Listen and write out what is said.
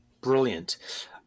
Brilliant